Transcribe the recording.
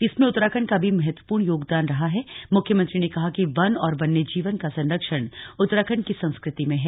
इसमें उत्तराखंड का भी महत्वपूर्ण योगदान रहा ळें मुख्यमंत्री ने कहा कि वन और वन्य जीवन का संरक्षण उत्तराखंड की संस्कृति में है